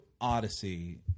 Odyssey